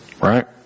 right